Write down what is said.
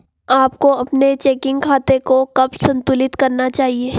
आपको अपने चेकिंग खाते को कब संतुलित करना चाहिए?